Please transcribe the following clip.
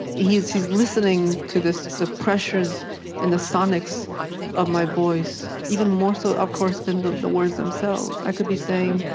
he's he's listening to the pressures and the sonics of my voice even more so, of course, than the the words themselves. i could be saying, yeah